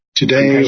today